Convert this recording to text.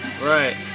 Right